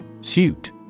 Suit